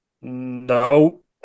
No